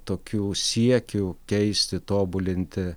tokių siekių keisti tobulinti